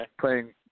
playing